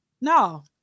No